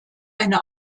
eine